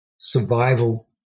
survival